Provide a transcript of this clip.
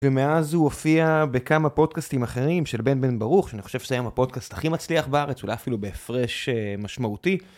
ומאז הוא הופיע בכמה פודקאסטים אחרים של בן בן ברוך, שאני חושב שזה היה הפודקאסט הכי מצליח בארץ, הוא לא אפילו בהפרש משמעותי.